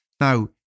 Now